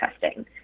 testing